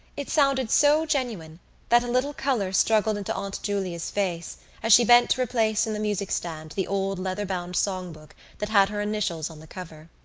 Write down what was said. it sounded so genuine that a little colour struggled into aunt julia's face as she bent to replace in the music-stand the old leather-bound songbook that had her initials on the cover.